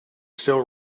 still